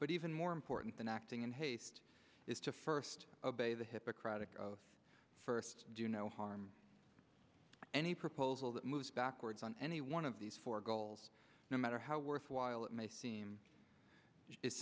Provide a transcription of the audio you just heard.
but even more important than acting in haste is to first of a the hippocratic oath first do no harm any proposal that moves backwards on any one of these four goals no matter how worthwhile it may seem i